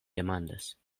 demandas